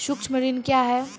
सुक्ष्म ऋण क्या हैं?